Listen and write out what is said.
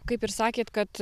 kaip ir sakėt kad